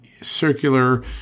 circular